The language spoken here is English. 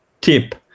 tip